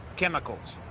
chemicals.